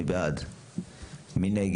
3. מי נגד?